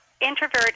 introvert